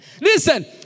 Listen